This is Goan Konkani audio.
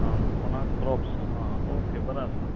काणकोणा क्रोप्स हां ओके बरें आसा